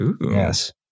Yes